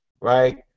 right